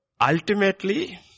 ultimately